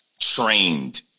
trained